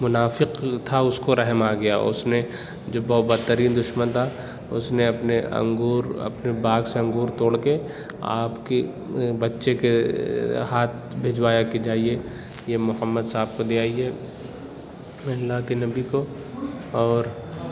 مُنافق تھا اُس کو رحم آگیا اُس نے جو بیت بدترین دُشمن تھا اُس نے اپنے انگور اپنے باغ سے انگور توڑ کے آپ کے بچے کے ہاتھ بھجوایا کہ جائیے یہ محمد صاحب کو دے آئیے اللہ کے نبی کو اور